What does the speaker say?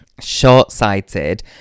short-sighted